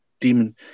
Demon